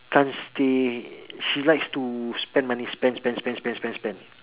can't stay she likes to spend money spend spend spend spend spend spend